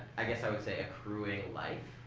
i guess, i would say accruing life.